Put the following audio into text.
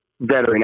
veteran